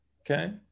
Okay